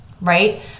right